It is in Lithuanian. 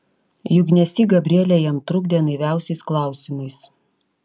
juk nesyk gabrielė jam trukdė naiviausiais klausimais